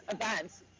events